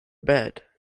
bed